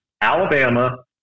Alabama